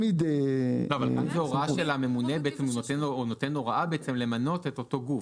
אבל הממונה בעצם נותן הוראה למנות את אותו גוף.